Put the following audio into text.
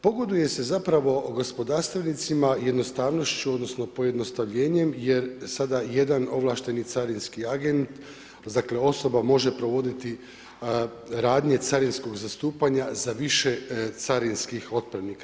Pogoduje se gospodarstvenicima jednostavnošću odnosno pojednostavljenjem jer sada jedan ovlašteni carinski agent dakle osoba može provoditi radnje carinskog zastupanja za više carinskih otpremnika.